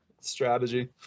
strategy